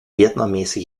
vietnamese